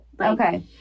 Okay